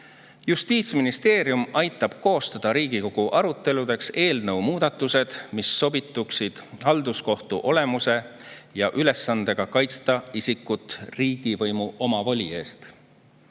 Justiitsministeerium aitab koostada Riigikogu aruteludeks eelnõu muudatused, mis sobituksid halduskohtu olemuse ja ülesandega kaitsta isikut riigivõimu omavoli eest.